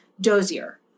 dozier